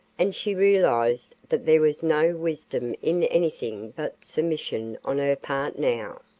and she realized that there was no wisdom in anything but submission on her part now.